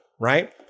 right